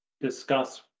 discuss